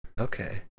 Okay